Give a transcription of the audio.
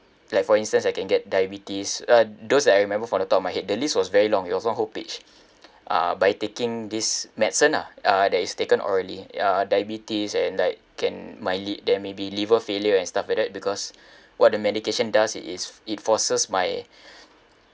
like for instance I can get diabetes uh those that I remember from the top of my head the list was very long it was one whole page uh by taking this medicine ah uh that is taken orally uh diabetes and like can mildly there may be liver failure and stuff like that because what the medication does it is it forces my